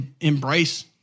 embrace